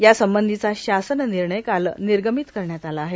यासंबंधीचा शासननिर्णय काल निर्गमित करण्यात आला आहे